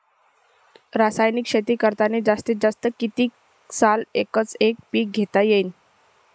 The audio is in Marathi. रासायनिक शेती करतांनी जास्तीत जास्त कितीक साल एकच एक पीक घेता येईन?